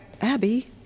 Abby